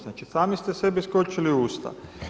Znači, sami ste sebi skočili u usta.